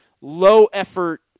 low-effort